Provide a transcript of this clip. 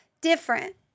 Different